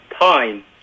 time